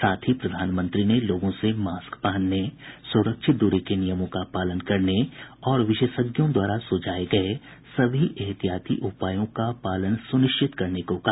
साथ ही प्रधानमंत्री ने लोगों से मास्क पहनने सुरक्षित दूरी के नियमों का पालन करने और विशेषज्ञों द्वारा सुझाये गये सभी एहतियाती उपायों का पालन सुनिश्चित करने को कहा